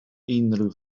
unrhyw